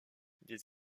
des